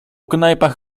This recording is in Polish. knajpach